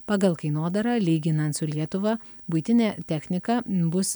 pagal kainodarą lyginant su lietuva buitinė technika bus